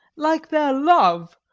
like their love,